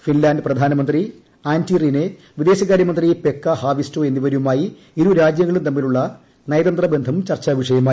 Finland പ്രധാനമന്ത്രി Antti Rinne വിദേശകാര്യ മന്ത്രി പെക്കാ ഹാവിസ്റ്റോ എന്നിവരുമായി ഇരുരാജ്യങ്ങളും തമ്മിലുള്ള നയതന്ത്ര ബന്ധം ചർച്ചാ വിഷയമായി